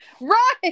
Right